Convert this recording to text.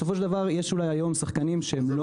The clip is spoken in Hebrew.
בסופו של דבר יש אולי היום שחקנים שהם לא